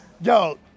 Yo